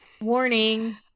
warning